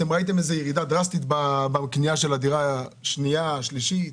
ראיתם ירידה דרסטית בקנייה של דירות שנייה ושלישית?